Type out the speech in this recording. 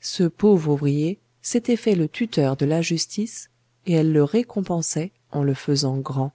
ce pauvre ouvrier s'était fait le tuteur de la justice et elle le récompensait en le faisant grand